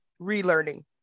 relearning